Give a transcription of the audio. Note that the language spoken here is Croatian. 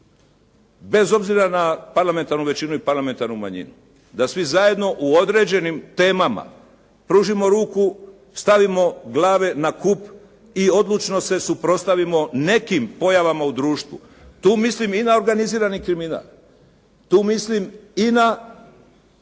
bez obzira na parlamentarnu većinu i parlamentarnu manjinu, da svi zajedno u određenim temama pružimo ruku, stavimo glave na kup i odlučno se suprotstavimo nekim pojavama u društvu. Tu mislim i na organizirani kriminal, tu mislim i na